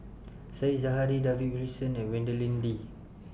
Said Zahari David Wilson and Madeleine Lee